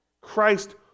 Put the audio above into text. Christ